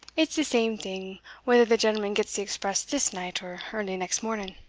it's the same thing whether the gentleman gets the express this night or early next morning.